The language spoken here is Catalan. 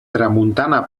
tramuntana